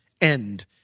end